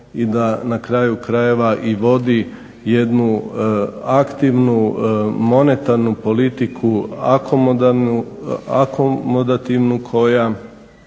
i da na kraju krajeva vodi jednu aktivnu, monetarnu politiku, akomodativnu koja